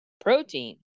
protein